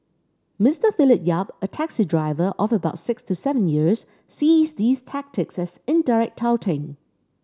Mister Philip Yap a taxi driver of about six to seven years sees these tactics as indirect touting